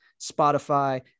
Spotify